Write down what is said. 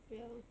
well